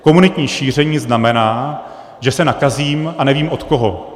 Komunitní šíření znamená, že se nakazím a nevím, od koho.